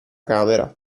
camera